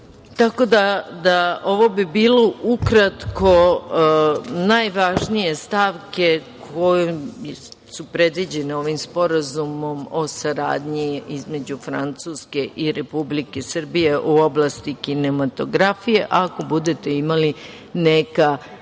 troškova. Ovo bi bilo ukratko najvažnije stavke koje su predviđene ovim sporazumom o saradnji između Francuske i Republike Srbije u oblasti kinematografije. Ako budete imali neka